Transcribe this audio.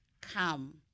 Come